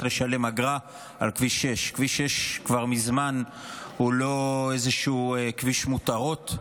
לשלם אגרה על כביש 6. כביש 6 הוא כבר מזמן לא איזשהו כביש מותרות.